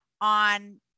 on